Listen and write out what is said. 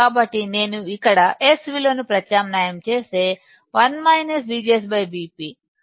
కాబట్టి నేను ఇక్కడ S విలువను ప్రత్యామ్నాయం చేస్తే 1 VGSV p